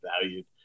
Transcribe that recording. valued